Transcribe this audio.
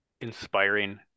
inspiring